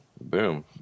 boom